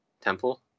temple